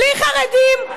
בלי חרדים,